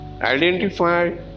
identify